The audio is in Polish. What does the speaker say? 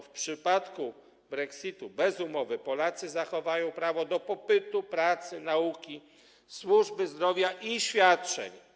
W przypadku brexitu bez umowy Polacy zachowają prawo do pobytu, pracy, nauki, służby zdrowia i świadczeń.